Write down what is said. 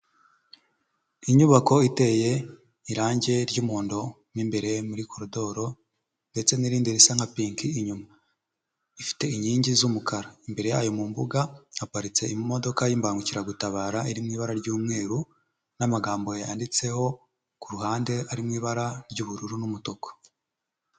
Inyubako iteye irange ry'umuhondo mo imbere muri koridoro ndetse n'irindi risa nka pinki inyuma. Ifite inkingi z'umukara. Imbere yayo mu mbuga, haparitse imodoka y'imbangukiragutabara, iri mu ibara ry'umweru n'amagambo yanditseho ku ruhande, ari mu ibara ry'ubururu n'umutuku.